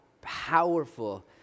powerful